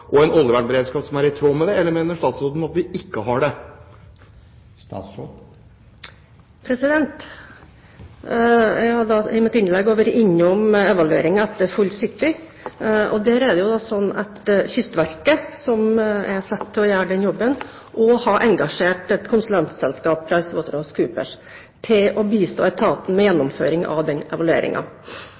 oljevernberedskap, eller mener statsråden at vi ikke har det? Jeg var i mitt innlegg innom evalueringen etter «Full City»-forliset. Kystverket, som er satt til å gjøre den jobben, har også engasjert et konsulentselskap, PricewaterhouseCoopers, til å bistå etaten med gjennomføring av den